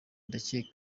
ndakeka